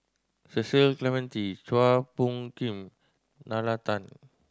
Cecil Clementi Chua Phung Kim Nalla Tan